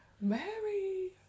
Mary